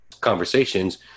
conversations